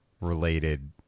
related